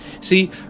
See